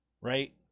Right